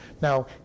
Now